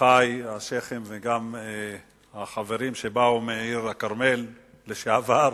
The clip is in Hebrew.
אחי השיח'ים וגם את החברים שבאו מעיר-הכרמל לשעבר,